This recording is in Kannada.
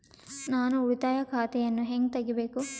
ನಾನು ಉಳಿತಾಯ ಖಾತೆಯನ್ನು ಹೆಂಗ್ ತಗಿಬೇಕು?